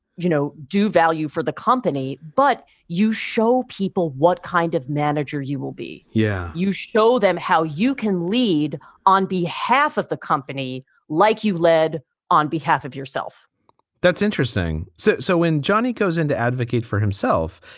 you know, do value for the company, but you show people what kind of manager you will be. yeah, you show them how you can lead on behalf of the company like you led on behalf of yourself that's interesting. so so when johnnie goes in to advocate for himself,